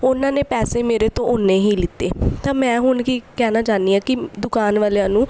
ਉਹਨਾਂ ਨੇ ਪੈਸੇ ਮੇਰੇ ਤੋਂ ਉੰਨੇ ਹੀ ਲਿੱਤੇ ਤਾਂ ਮੈਂ ਹੁਣ ਕੀ ਕਹਿਣਾ ਚਾਹੁੰਦੀ ਹਾਂ ਕਿ ਦੁਕਾਨ ਵਾਲਿਆਂ ਨੂੰ